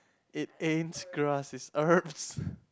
it ain't grass it's herbs